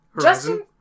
Justin